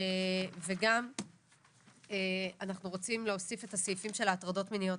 וגם אנחנו רוצים להוסיף את הסעיפים של ההטרדות המיניות.